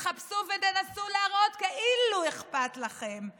תתחפשו ותנסו להראות כאילו אכפת לכם.